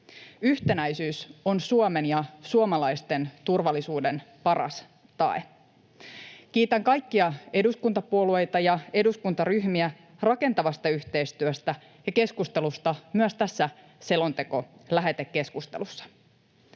Yhtenäisyys on Suomen ja suomalaisten turvallisuuden paras tae. Kiitän kaikkia eduskuntapuolueita ja eduskuntaryhmiä rakentavasta yhteistyöstä ja keskustelusta myös tässä selontekolähetekeskustelussa.